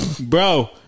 Bro